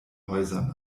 häusern